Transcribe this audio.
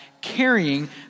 carrying